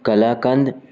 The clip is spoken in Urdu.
کلا کند